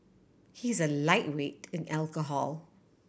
he is a lightweight in alcohol